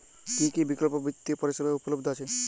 কী কী বিকল্প বিত্তীয় পরিষেবা উপলব্ধ আছে?